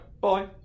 Bye